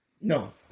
No